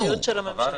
זו אחריות של הממשלה.